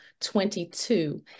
22